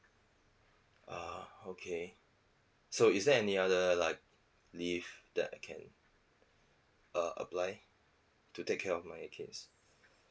ah okay so is there any other like leave that I can uh apply to take care of my kids